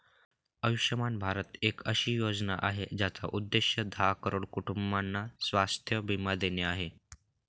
आयुष्यमान भारत एक अशी योजना आहे, ज्याचा उद्देश दहा करोड कुटुंबांना स्वास्थ्य बीमा देणे आहे